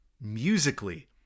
musically